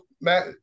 Matt